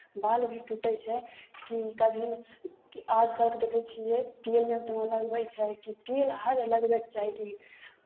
बाल भी टूटै छै की कभी आजकल कऽ देखै छियै तेलमे ओतना लगबै छै की तेल हर लगबयके चाही कि